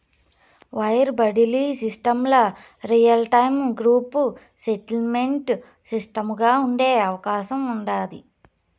wire బడిలీ సిస్టమ్ల real time gross settlement సిస్టముగా ఉండే అవకాశం ఉండాది